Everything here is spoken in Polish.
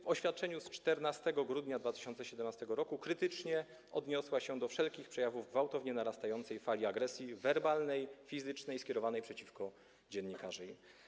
W oświadczeniu z 14 grudnia 2017 r. rada krytycznie odniosła się do wszelkich przejawów gwałtownie narastającej fali agresji werbalnej i fizycznej skierowanej przeciwko dziennikarzom.